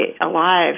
alive